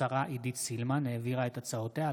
השר יואב בן צור העביר את הצעת חוק